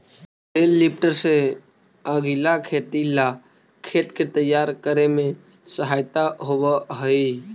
बेल lifter से अगीला खेती ला खेत के तैयार करे में सहायता होवऽ हई